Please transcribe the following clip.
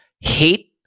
hate